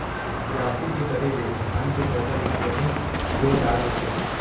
बियासी के करे ले धान के फसल ह बने जोरदार होथे